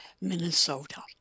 Minnesota